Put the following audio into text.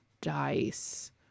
dice